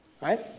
Right